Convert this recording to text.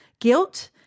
guilt